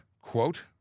quote